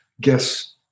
guess